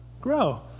grow